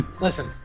listen